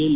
L